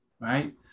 right